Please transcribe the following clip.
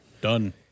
Done